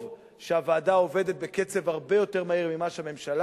טוב שהוועדה עובדת בקצב הרבה יותר מהיר מהממשלה.